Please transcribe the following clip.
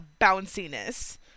bounciness